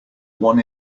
one